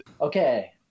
Okay